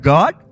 God